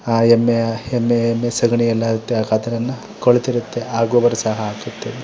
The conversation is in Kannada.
ಎಮ್ಮೆಯ ಹೆಮ್ಮೆ ಎಮ್ಮೆ ಸಗಣಿ ಏನಾಗುತ್ತೆ ಕೊಳೆತಿರುತ್ತೆ ಆ ಗೊಬ್ಬರ ಸಹ ಹಾಕುತ್ತೇವೆ